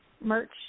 merch